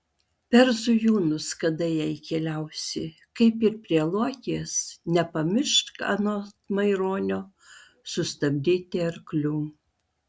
per zujūnus kada jei keliausi kaip ir prie luokės nepamiršk anot maironio sustabdyti arklių